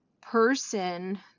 person